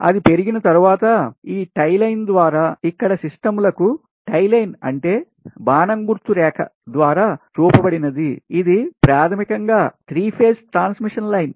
అది పెరిగిన తరువాత ఈ tie line ద్వారా ఇతర సిస్టం లకు టై లైన్ అంటే బాణం గుర్తు రేఖ ద్వారా చూపబడినది ఇది టై లైన్ ప్రాథమికంగా 3 ఫేజ్ ట్రాన్స్మిషన్ లైన్